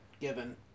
given